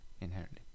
inherently